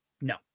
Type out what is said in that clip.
No